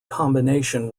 combination